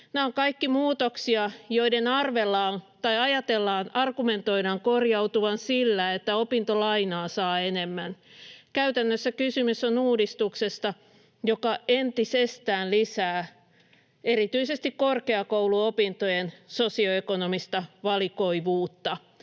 Nämä ovat kaikki muutoksia, joiden argumentoidaan korjautuvan sillä, että opintolainaa saa enemmän. Käytännössä kysymys on uudistuksesta, joka entisestään lisää erityisesti korkeakoulu-opintojen sosioekonomista valikoivuutta.